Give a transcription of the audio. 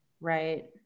right